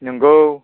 नंगौ